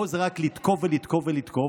פה זה רק לתקוף ולתקוף ולתקוף,